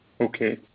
Okay